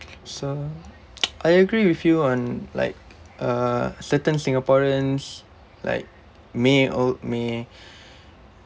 so I agree with you on like uh certain singaporeans like may or may